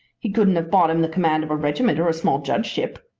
he couldn't have bought him the command of a regiment or a small judgeship.